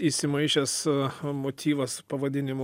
įsimaišęs motyvas pavadinimu